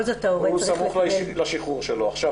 זאת ההורה צריך לקבל --- הוא סמוך לשחרור שלו עכשיו,